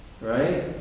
Right